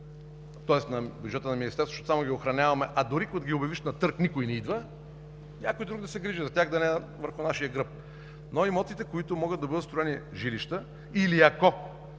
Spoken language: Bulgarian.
тежат на бюджета на Министерството, защото само ги охраняваме, а дори като ги обявиш на търг, никой не идва, някой друг да се грижи за тях, да не е върху нашия гръб. Но имотите, върху които могат да бъдат строени жилища, или този